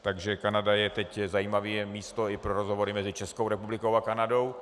Takže Kanada je teď zajímavé místo i pro rozhovory mezi Českou republikou a Kanadou.